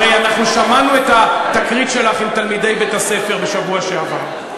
הרי אנחנו שמענו את התקרית שלך עם תלמידי בית-הספר בשבוע שעבר.